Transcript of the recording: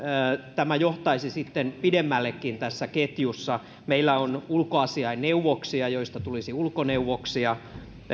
tämä johtaisi sitten pidemmällekin tässä ketjussa meillä on ulkoasiainneuvoksia joista tulisi ulkoneuvoksia